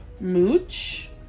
mooch